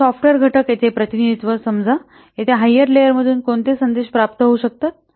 तर सॉफ्टवेअर घटक येथे प्रतिनिधित्त्व समजा येथे हायर लेयर मधून कोणते संदेश प्राप्त होऊ शकतात